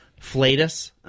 flatus